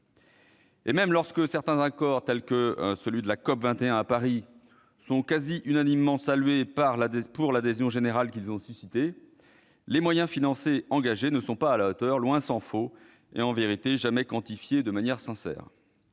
Même lorsque certains accords, tels que celui de la COP21 à Paris, sont quasi unanimement salués pour l'adhésion générale qu'ils ont suscitée, les moyens financiers engagés ne sont pas à la hauteur, loin de là, et ne sont en vérité jamais quantifiés de manière sincère.